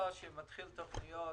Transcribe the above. כשמתחילות תוכניות,